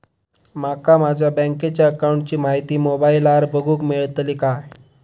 माका माझ्या बँकेच्या अकाऊंटची माहिती मोबाईलार बगुक मेळतली काय?